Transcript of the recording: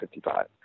55